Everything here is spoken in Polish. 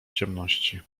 ciemności